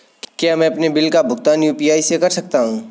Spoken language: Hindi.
क्या मैं अपने बिल का भुगतान यू.पी.आई से कर सकता हूँ?